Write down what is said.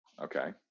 Okay